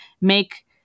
make